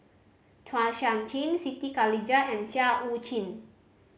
Chua Sian Chin Siti Khalijah and Seah Eu Chin